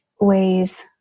ways